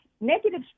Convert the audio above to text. negative